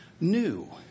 new